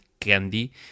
candy